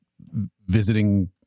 visiting